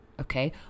okay